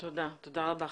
תודה רבה.